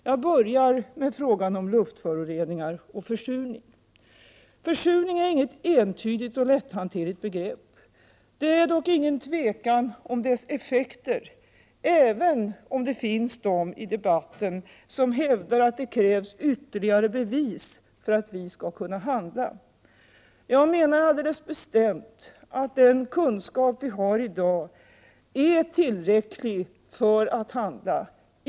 Jag börjar med frågan om luftföroreningar och försurning. Försurning är inget entydigt och lätthanterligt begrepp. Det råder dock inget tvivel om dess effekter, även om det finns de som i debatten hävdar att det krävs ytterligare bevis för att vi skall kunna handla. Jag menar alldeles bestämt att den kunskap vi har i dag är tillräcklig för att handla.